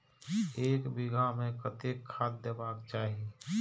एक बिघा में कतेक खाघ देबाक चाही?